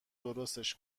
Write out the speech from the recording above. درستش